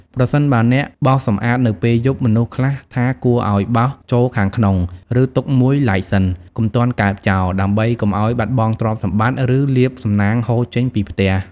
ប្រសិនបើអ្នកបោសសម្អាតនៅពេលយប់ មនុស្សខ្លះថាគួរឱ្យបោសចូលខាងក្នុង ឬទុកមួយឡែកសិន កុំទាន់កើបចោល ដើម្បីកុំឱ្យបាត់បង់ទ្រព្យសម្បត្តិ ឬ លាភសំណាងហូរចេញពីផ្ទះ ។